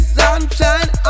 sunshine